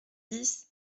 dix